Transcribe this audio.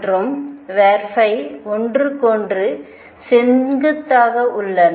மற்றும் ஒன்றுக்கொன்று செங்குத்தாக உள்ளன